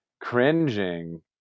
cringing